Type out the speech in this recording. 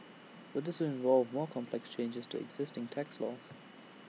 but this would involve more complex changes to existing tax laws